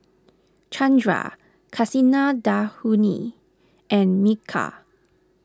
Chandra Kasinadhuni and Milkha